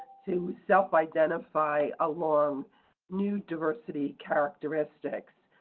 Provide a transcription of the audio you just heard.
to self identify along new diversity characteristics.